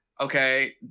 okay